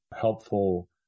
helpful